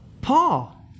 Paul